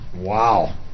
Wow